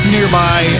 Nearby